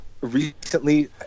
recently